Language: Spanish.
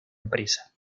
empresa